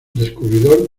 descubridor